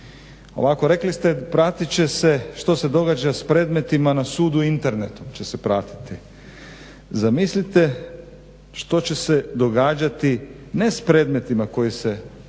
Ovako, rekli ste pratit će se što se događa s predmetima na sudu internetom će se pratiti. Zamislite što će se događati ne s predmetima koji se rješavaju